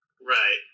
Right